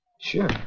Sure